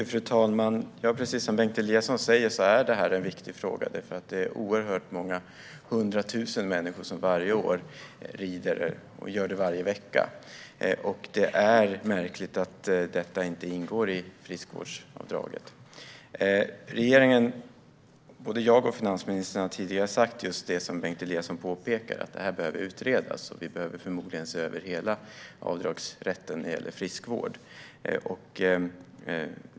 Fru talman! Precis som Bengt Eliasson säger är detta en viktig fråga. Det är oerhört många, hundratusentals människor, som rider och som gör det varje vecka. Det är märkligt att detta inte ingår i friskvårdsavdraget. Både jag och finansministern har tidigare sagt just det som Bengt Eliasson påpekar: Detta behöver utredas, och vi behöver förmodligen se över hela avdragsrätten när det gäller friskvård.